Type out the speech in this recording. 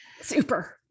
super